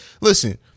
listen